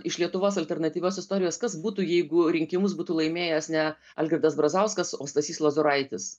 iš lietuvos alternatyvios istorijos kas būtų jeigu rinkimus būtų laimėjęs ne algirdas brazauskas o stasys lozoraitis